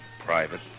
private